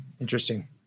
Interesting